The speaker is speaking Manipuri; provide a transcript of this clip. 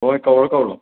ꯍꯣꯏ ꯀꯧꯔꯣ ꯀꯧꯔꯣ